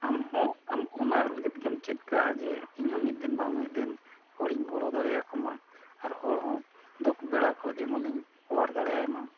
ᱟᱢᱦᱚᱸ ᱟᱢ ᱚᱱᱟ ᱞᱟᱹᱜᱤᱫᱜᱮᱢ ᱪᱮᱫ ᱠᱟᱜᱼᱟ ᱡᱮ ᱤᱧᱦᱚᱸ ᱢᱤᱫ ᱫᱤᱱ ᱵᱟᱝ ᱢᱤᱫ ᱫᱤᱱ ᱦᱚᱲᱤᱧ ᱜᱚᱲᱚ ᱫᱟᱲᱮᱭᱟᱠᱚ ᱢᱟ ᱟᱨ ᱦᱚᱲ ᱦᱚᱸ ᱫᱩᱠ ᱵᱮᱲᱟ ᱠᱷᱚᱡ ᱡᱮᱢᱚᱱᱤᱧ ᱚᱣᱟᱨ ᱫᱟᱲᱮᱭᱟᱭ ᱢᱟ